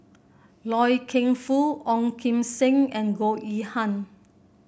Loy Keng Foo Ong Kim Seng and Goh Yihan